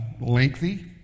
lengthy